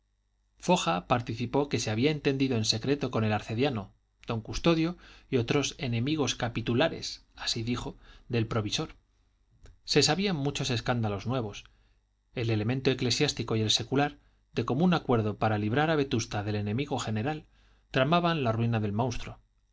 foja participó que se había entendido en secreto con el arcediano don custodio y otros enemigos capitulares así dijo del provisor se sabían muchos escándalos nuevos el elemento eclesiástico y el secular de común acuerdo para librar a vetusta del enemigo general tramaban la ruina del